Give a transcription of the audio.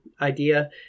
idea